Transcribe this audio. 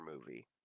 movie